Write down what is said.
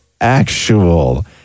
actual